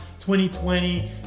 2020